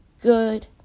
good